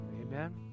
Amen